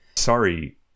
Sorry